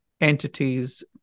entities